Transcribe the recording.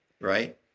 Right